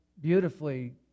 beautifully